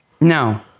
No